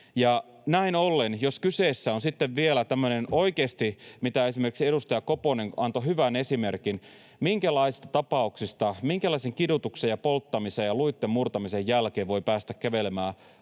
Näin ollen, jos kyseessä on sitten oikeasti vielä tämmöinen, mistä esimerkiksi edustaja Koponen antoi hyvän esimerkin — minkälaisten tapauksien, minkälaisen kidutuksen ja polttamisen ja luitten murtamisen jälkeen voi päästä kävelemään